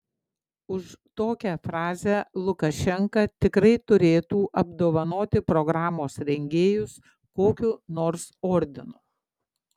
už tokią frazę lukašenka tikrai turėtų apdovanoti programos rengėjus kokiu nors ordinu